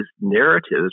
narratives